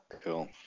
Cool